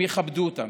הם יכבדו אותנו.